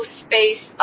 space